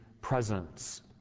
presence